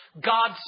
God